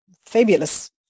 fabulous